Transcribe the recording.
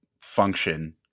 function